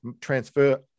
transfer